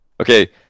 Okay